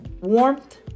warmth